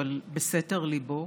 אבל בסתר ליבו,